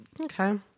Okay